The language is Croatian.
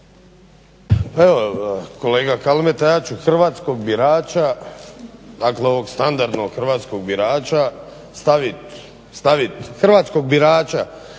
Evo kolega Kalmeta, ja ću hrvatskog birača, dakle ovog standardnog hrvatskog birača staviti, hrvatskog birača